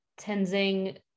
tenzing